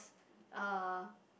uh